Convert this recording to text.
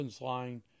line